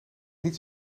niet